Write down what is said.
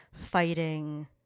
fighting